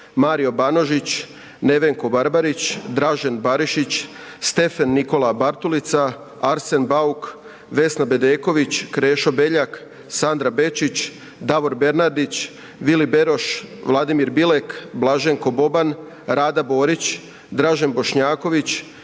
Mario Banožić, Nevenko Barbarić, Dražen Barišić, Stephen Nikola Bartulica, Arsen Bauk, Vesna Bedeković, Krešo Beljak, Sandra Bečić, Davor Bernardić, Vili Beroš, Vladimir Bilek, Blaženko Boban, Rada Borić, Dražen Bošnjaković,